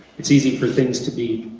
it's easy for things to be